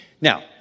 Now